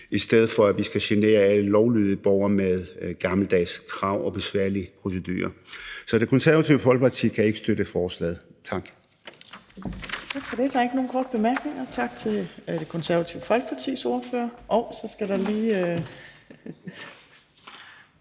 i stedet for at vi skal genere alle lovlydige borgere med gammeldags krav og besværlige procedurer. Så Det Konservative Folkeparti kan ikke støtte forslaget. Tak.